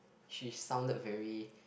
she sounded very